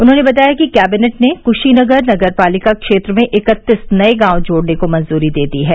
उन्होंने बताया कि कैदिनेट ने कूशीनगर नगर पालिका क्षेत्र में इकत्तीस नये गांव जोड़ने को मंजूरी दे दी है